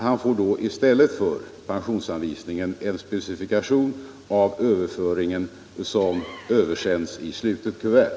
Han får då i stället för pensionsanvisningen en specifikation av överföringen, som översänds i slutet kuvert.